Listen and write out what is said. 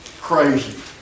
crazy